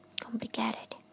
complicated